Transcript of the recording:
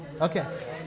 Okay